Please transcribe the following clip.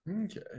Okay